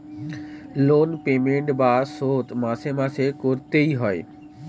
loan payment বা শোধ মাসে মাসে করতে এ হয়